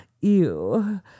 Ew